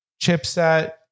chipset